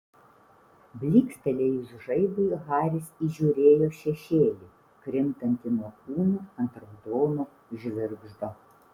blykstelėjus žaibui haris įžiūrėjo šešėlį krintantį nuo kūnų ant raudono žvirgždo